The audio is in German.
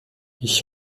ich